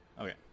Okay